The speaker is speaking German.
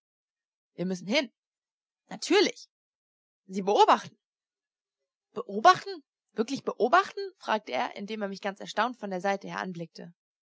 wir müssen hin natürlich sie beobachten beobachten wirklich beobachten fragte er indem er mich ganz erstaunt von der seite her anblickte